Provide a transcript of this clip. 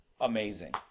amazing